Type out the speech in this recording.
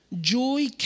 Joy